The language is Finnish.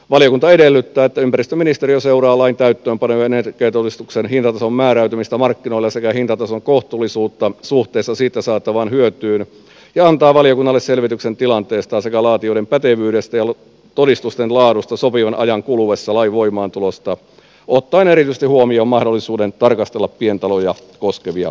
valiokunta edellyttää että ympäristöministeriö seuraa lain täytäntöönpanoa ja energiatodistuksen hintatason määräytymistä markkinoilla sekä hintatason kohtuullisuutta suhteessa siitä saatavaan hyötyyn ja antaa valiokunnalle selvityksen tilanteesta sekä laatijoiden pätevyydestä ja todistusten laadusta sopivan ajan kuluessa lain voimaantulosta ottaen erityisesti huomioon mahdollisuuden tarkastella pientaloja koskevia käytäntöjä